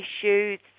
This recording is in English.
issues